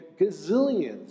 gazillions